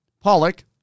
Pollock